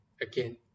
again